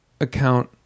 account